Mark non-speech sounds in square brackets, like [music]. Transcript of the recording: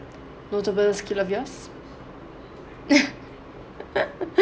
notable skill of yours [laughs]